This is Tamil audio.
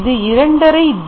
இது 2 ½ D